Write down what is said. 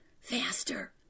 faster